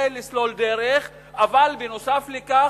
זה לסלול דרך, אבל נוסף על כך: